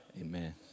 Amen